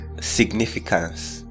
significance